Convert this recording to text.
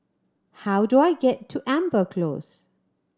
how do I get to Amber Close